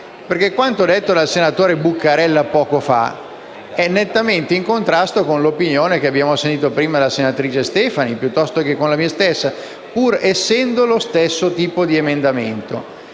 Quanto detto dal senatore Buccarella poco fa è nettamente in contrasto con l'opinione espressa prima dalla senatrice Stefani, piuttosto che da me, pur essendo lo stesso tipo di emendamento.